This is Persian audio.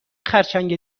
خرچنگ